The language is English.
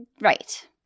Right